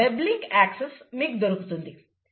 మా వెబ్ లింకుకు యాక్సెస్ మీకు దొరుకుతుంది